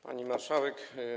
Pani Marszałek!